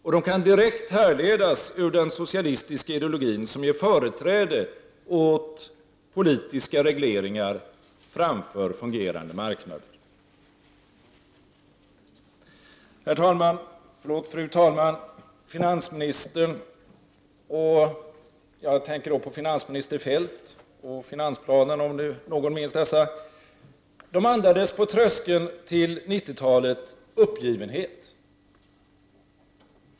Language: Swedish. Och de kan direkt härledas ur den socialistiska ideologin, som ger företräde åt politiska regleringar framför fungerande marknader. Fru talman! Finansplanen och finansminister Feldt — om nu någon minns dem — andades på tröskeln till 90-talet uppgivenhet.